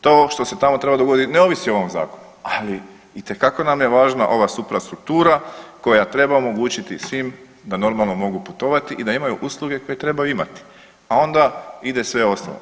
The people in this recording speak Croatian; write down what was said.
To što se tamo treba dogoditi ne ovisi o ovom zakonu, ali itekako nam je važna ova suprastruktura koja treba omogućiti svim da normalno mogu putovati i da imaju usluge koje trebaju imati, a onda ide sve ostalo.